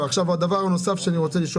דבר נוסף שאני רוצה לשאול